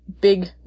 big